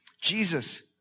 Jesus